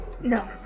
No